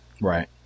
Right